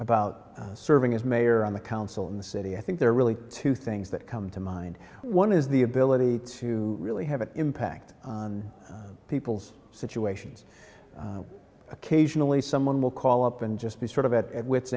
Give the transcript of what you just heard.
about serving as mayor on the council in the city i think there are really two things that come to mind one is the ability to really have an impact on people's situations occasionally someone will call up and just be sort of at wit